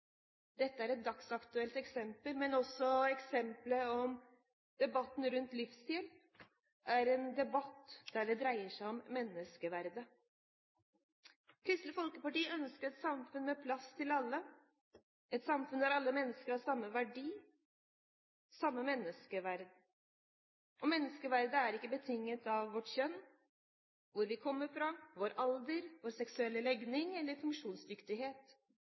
Dette er et dagsaktuelt eksempel, men også debatten rundt livshjelp er et eksempel på at det dreier seg om menneskeverdet. Kristelig Folkeparti ønsker et samfunn med plass til alle. Det er et samfunn der alle mennesker har samme verdi, samme menneskeverd. Menneskeverdet er ikke betinget av kjønn, hvor vi kommer fra, vår alder, vår seksuelle legning eller funksjonsdyktighet.